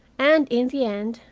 and, in the end,